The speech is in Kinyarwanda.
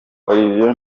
olivier